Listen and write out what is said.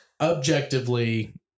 objectively